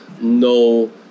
no